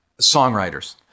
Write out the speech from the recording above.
songwriters